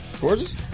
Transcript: Gorgeous